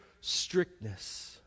strictness